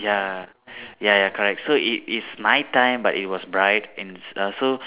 ya ya ya correct so it's it's night time but it was bright and uh so